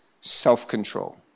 self-control